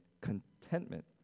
contentment